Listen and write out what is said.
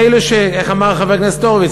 איך אמר חבר הכנסת הורוביץ,